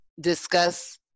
discuss